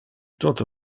toto